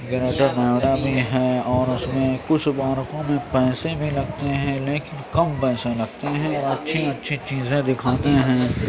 greater Noida بھی ہے اور اس میں کچھ پارکوں میں پیسے بھی لگتے ہیں لیکن کم پیسے لگتے ہیں اور اچھی اچھی چیزیں دکھاتے ہیں